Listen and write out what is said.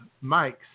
Mike's